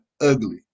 ugly